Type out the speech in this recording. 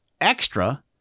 Extra